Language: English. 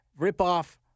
ripoff